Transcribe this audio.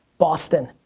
boston,